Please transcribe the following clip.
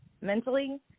mentally